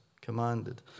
commanded